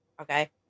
Okay